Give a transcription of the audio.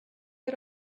had